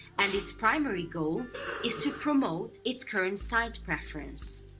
and its primary goal is to promote its current site preference.